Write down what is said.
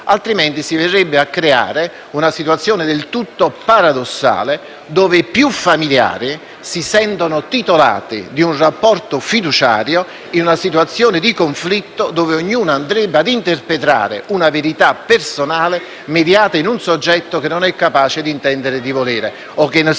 Altrimenti, si verrebbe a creare una situazione del tutto paradossale dove più familiari si sentono titolati di un rapporto fiduciario in una situazione di conflitto dove ognuno andrebbe a interpretare una verità personale mediata per un soggetto che non è capace di intendere o volere o che non sia, più